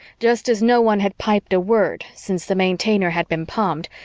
just as no one had piped a word, since the maintainer had been palmed,